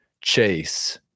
Chase